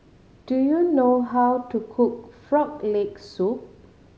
do you know how to cook Frog Leg Soup